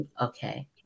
Okay